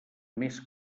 més